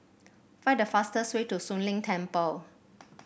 find the fastest way to Soon Leng Temple